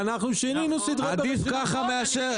אנחנו שינינו --- צביקה,